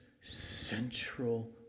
central